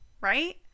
right